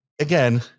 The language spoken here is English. again